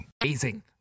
Amazing